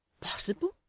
possible